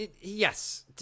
yes